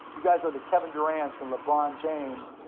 you guys are the kevin durants and lebron james,